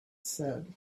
said